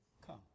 Come